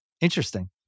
Interesting